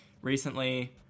Recently